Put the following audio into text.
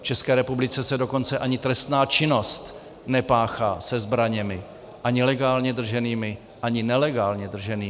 V České republice se dokonce ani trestná činnost nepáchá se zbraněmi, ani legálně drženými, ani nelegálně drženými.